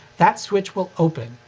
that switch will open,